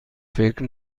فکر